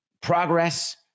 progress